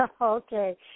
Okay